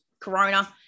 Corona